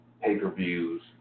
pay-per-views